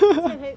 现在才